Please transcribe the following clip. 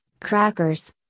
crackers